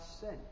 sent